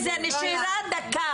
אני לא מוכנה לזה, נשארה דקה.